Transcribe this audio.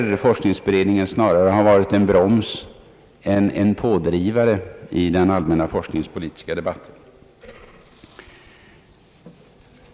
Forskningsberedningen har tyvärr snarare varit en broms än en pådrivare i den allmänna forskningspolitiska debatten.